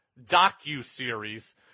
docu-series